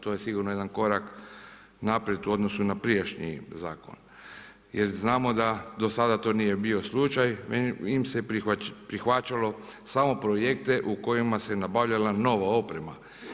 To je sigurno jedan korak naprijed u odnosu na prijašnji zakon, jer znamo da do sada to nije bio slučaj. … prihvaćalo samo projekte u kojima se nabavljala nova oprema.